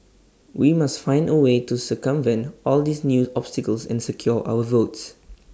we must find A way to circumvent all these new obstacles and secure our votes